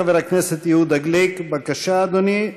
חבר הכנסת יהודה גליק, בבקשה, אדוני.